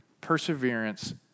perseverance